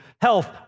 health